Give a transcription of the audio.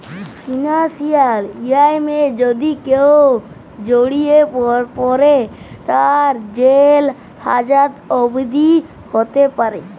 financial ক্রাইমে যদি কেউ জড়িয়ে পরে, তার জেল হাজত অবদি হ্যতে প্যরে